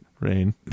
rain